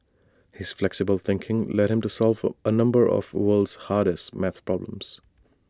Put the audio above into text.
his flexible thinking led him to solve A number of the world's hardest math problems